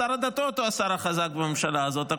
שר הדתות הוא השר החזק בממשלה הזאת.